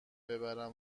ببرم